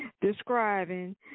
describing